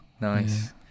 Nice